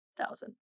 thousand